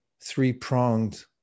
three-pronged